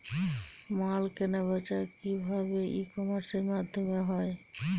মাল কেনাবেচা কি ভাবে ই কমার্সের মাধ্যমে হয়?